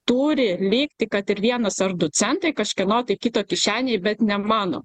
turi likti kad ir vienas ar du centai kažkieno kito kišenėj bet nemano